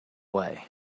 way